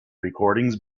recordings